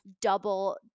double